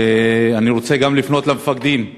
אני רוצה גם לפנות למפקדים: